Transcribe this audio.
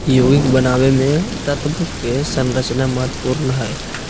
यौगिक बनावे मे तत्व के संरचना महत्वपूर्ण हय